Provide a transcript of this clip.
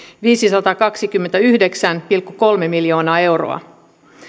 viisisataakaksikymmentäyhdeksän pilkku kolme miljoonaa euroa